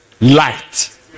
light